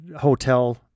hotel